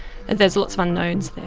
and there are lots of unknowns there.